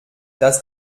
dass